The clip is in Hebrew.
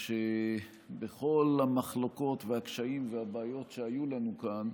שבכל המחלוקות והקשיים והבעיות שהיו לנו כאן,